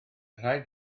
rhaid